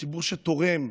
ציבור שתורם,